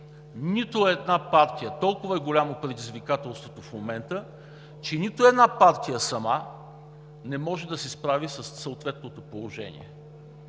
нито една партия – толкова е голямо предизвикателството в момента, че нито една партия сама не може да се справи със съответното положение.